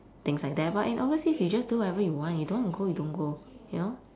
things like that but in honesty you can just do whatever you want you don't wanna go you don't go you know